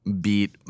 beat